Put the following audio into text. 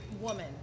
woman